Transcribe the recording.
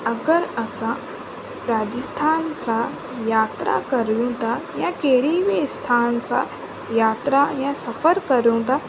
अगरि असां राजस्थान सां यात्रा करियूं था या कहिड़ी स्थानु सां यात्रा या सफ़र करियूं था